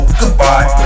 goodbye